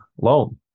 loan